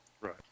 Right